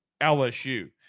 LSU